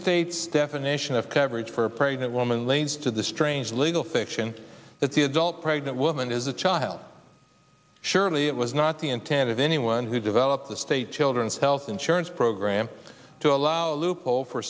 states definition of coverage for a pregnant woman lays to the strange legal fiction that the adult pregnant woman is a child surely it was not the intent of anyone who developed the state children's health insurance program to allow a loophole for